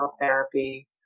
therapy